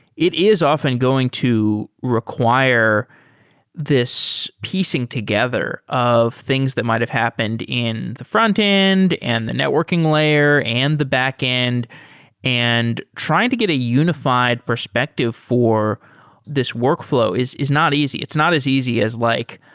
it is often going to require this piecing together of things that might've happened in the frontend and the networking layer and the backend and trying to get a unified perspective for this workflow is is not easy. it's not as easy as like,